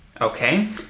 okay